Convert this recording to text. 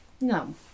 No